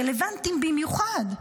רלוונטיים במיוחד.